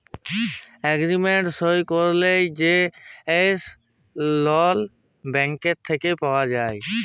agreement সই ক্যইরে যে লল ব্যাংক থ্যাইকে পাউয়া যায়